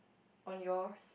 on yours